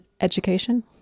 education